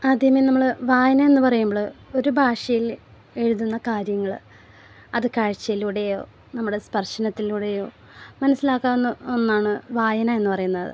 ആദ്യമേ നമ്മൾ വായന എന്ന് പറയുമ്പോൾ ഒരു ഭാഷയിൽ എഴുതുന്ന കാര്യങ്ങൾ അത് കാഴ്ച്ചയിലൂടെയോ നമ്മളുടെ സ്പർശ്ശനത്തിലൂടെയോ മനസ്സിലാക്കാവുന്ന ഒന്നാണ് വായന എന്ന് പറയുന്നത്